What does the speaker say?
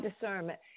discernment